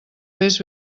fes